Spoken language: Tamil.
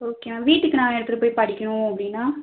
ஓகே மேம் வீட்டுக்கு நாங்கள் எடுத்துகிட்டு போய் படிக்கணும் அப்படின்னா